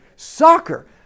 soccer